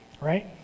Right